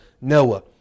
Noah